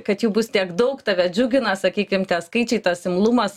kad jų bus tiek daug tave džiugina sakykim tie skaičiai tas imlumas